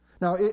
Now